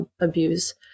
abuse